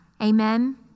Amen